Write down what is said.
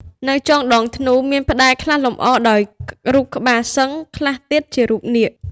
នៅចុងដងធ្នូ មានផ្តែរខ្លះលម្អដោយរូបក្បាលសឹង្ហ ខ្លះទៀតជារូបនាគ ។